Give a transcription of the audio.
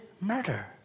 murder